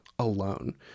Alone